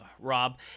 Rob